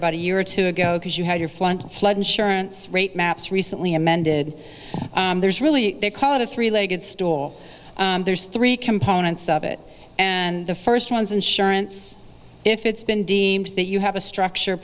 about a year or two ago because you had your flood flood insurance rate maps recently amended there's really they call it a three legged stool there's three components of it and the first one is insurance if it's been deemed that you have a structure